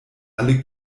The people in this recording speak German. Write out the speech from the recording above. alle